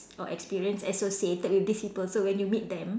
or experience associated with these people so when you meet them